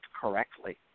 correctly